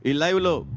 la la